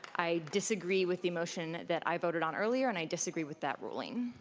i disagree with the motion that i voted on earlier and i disagree with that ruling.